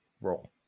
roll